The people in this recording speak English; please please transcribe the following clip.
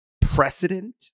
precedent